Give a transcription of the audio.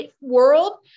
world